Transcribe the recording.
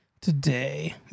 today